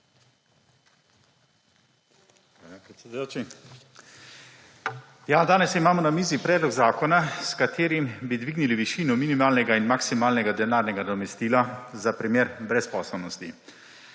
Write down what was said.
Danes imamo na mizi predlog zakona, s katerim bi dvignili višino minimalnega in maksimalnega denarnega nadomestila za primer brezposelnosti.